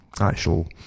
actual